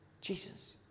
Jesus